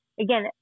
again